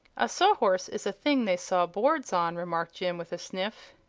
a sawhorse is a thing they saw boards on, remarked jim, with a sniff.